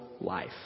life